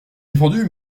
défendu